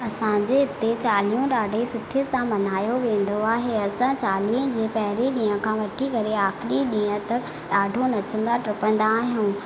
असांजे हिते चालीहो ॾाढे सुठे सां मनायो वेंदो आहे असां चालीहे जे पहिरीं ॾींहं खां वठी वरी आख़िरी ॾींहं त ॾाढो नचंदा टपंदा आहियूं